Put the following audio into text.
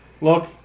Look